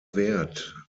wert